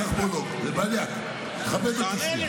חבר הכנסת ולדימיר בליאק, בבקשה לשבת.